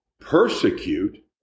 persecute